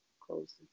close